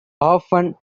often